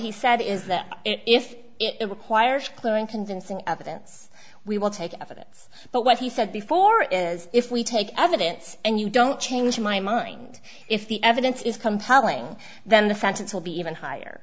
he said is that if it requires clear and convincing evidence we will take evidence but what he said before is if we take evidence and you don't change my mind if the evidence is compelling then the sentence will be even higher